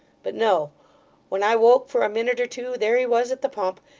but no when i woke for a minute or two, there he was at the pump,